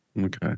okay